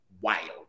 wild